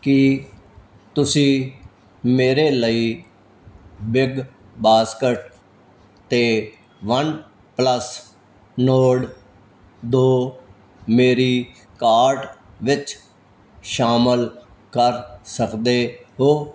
ਕੀ ਤੁਸੀਂ ਮੇਰੇ ਲਈ ਬਿਗਬਾਸਕਟ 'ਤੇ ਵਨਪਲੱਸ ਨੋਰਡ ਦੋ ਮੇਰੀ ਕਾਰਟ ਵਿੱਚ ਸ਼ਾਮਲ ਕਰ ਸਕਦੇ ਹੋ